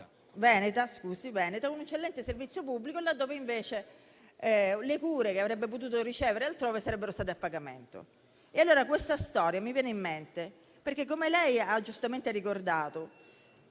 veneta, con un eccellente servizio pubblico, laddove invece le cure che avrebbe potuto ricevere altrove sarebbero state a pagamento. Questa storia mi viene in mente perché, come lei ha giustamente ricordato,